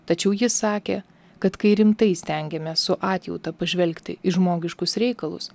tačiau ji sakė kad kai rimtai stengiamės su atjauta pažvelgti į žmogiškus reikalus